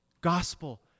Gospel